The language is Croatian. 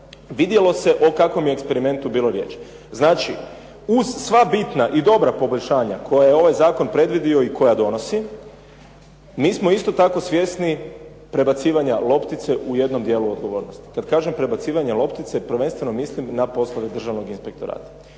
vidjelo se o kakvom je eksperimentu bilo riječi. Znači, uz sva bitna i dobra poboljšanja koja je ovaj zakon predvidio i koja donosi mi smo isto tako svjesni prebacivanja loptice u jednom dijelu odgovornosti. Kad kažem prebacivanja loptice prvenstveno mislim na poslove Državnog inspektorata.